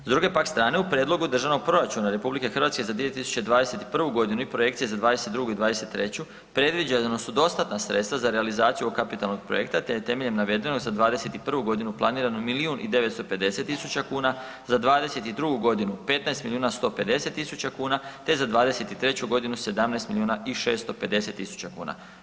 S druge pak strane u prijedlogu Državnog proračuna RH za 2021. godinu i projekcije za '22. i '23., predviđena su dostatna sredstva za realizaciju ovog kapitalnog projekta te je temeljem navedenog za '21. godinu planirano milijun i 950 tisuća kuna, za '22. godinu 15 milijuna 150 tisuća kuna te za '23. godinu 17 milijuna i 650 tisuća kuna.